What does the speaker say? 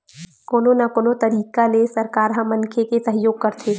कोनो न कोनो तरिका ले सरकार ह मनखे के सहयोग करथे